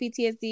PTSD